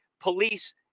police